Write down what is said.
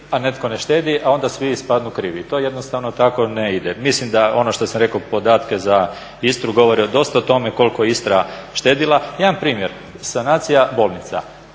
a netko ne štediti, a onda svi ispadnu krivi. To jednostavno tako ne ide. Mislim da ono što sam rekao podatke za Istru govore dosta o tome koliko Istra štedila. Jedan primjer. Sanacija bolnica.